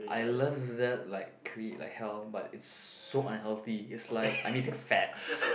I love that like cra~ like hell but it's so unhealthy it's like I'm eating fats